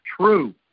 true